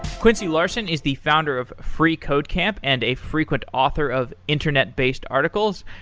quincy larson is the founder of freecodecamp and a frequent author of internet based articles.